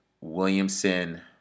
Williamson